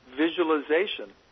visualization